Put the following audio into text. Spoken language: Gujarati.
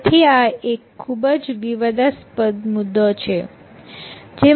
તેથી આ એક ખૂબ જ વિવાદાસ્પદ મુદ્દો છે